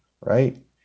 Right